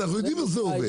אנחנו יודעים איך זה עובד.